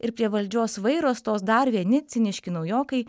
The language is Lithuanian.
ir prie valdžios vairo stos dar vieni ciniški naujokai